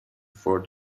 for